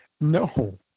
no